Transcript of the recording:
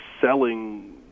selling